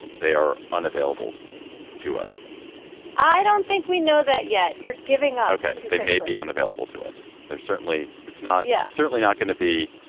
they are unavailable to us i don't think we know that yet. you're giving out ok they may be unavailable to us. they're certainly. it's not. yeah, certainly not going to be.